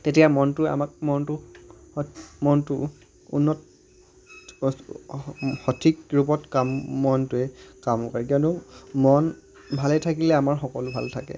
তেতিয়া মনটোৱে আমাক মনটো মনটো উন্নত সঠিক ৰূপত কাম মনটোৱে কাম কৰে কিয়নো মন ভালেই থাকিলে আমাৰ সকলো ভাল থাকে